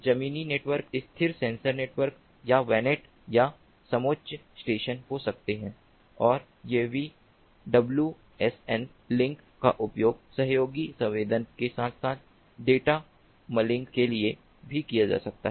जमीनी नेटवर्क स्थिर sensor network या वेनेट या समोच्च स्टेशन हो सकते हैं और यूएवी डब्लूएसएन लिंक का उपयोग सहयोगी संवेदन के साथ साथ डेटा मलिंग के लिए भी किया जा सकता है